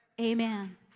Amen